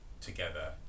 together